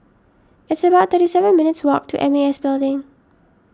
it's about thirty seven minutes' walk to M A S Building